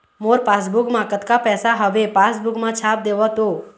मोर passbook मा कतका पैसा हवे पासबुक मा छाप देव तो?